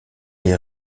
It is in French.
est